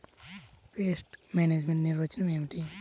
Pest management నిర్వచనం ఏమిటి?